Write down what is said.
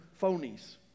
phonies